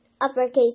uppercase